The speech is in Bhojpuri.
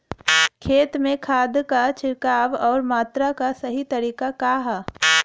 खेत में खाद क छिड़काव अउर मात्रा क सही तरीका का ह?